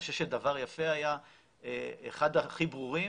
אני חושב שדבר יפה היה אחד החיבורים